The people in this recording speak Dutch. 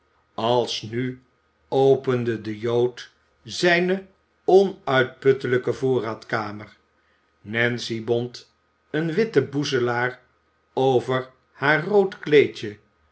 als nu opende de jood zijne onuitputtelijke voorraadkamer nancy bond een witten boezelaar over haar rood kleedje